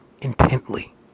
intently